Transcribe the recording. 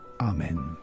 Amen